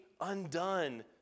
undone